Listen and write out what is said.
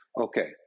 okay